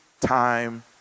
time